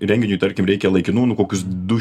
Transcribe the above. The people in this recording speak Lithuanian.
renginiui tarkim reikia laikinų nu kokius du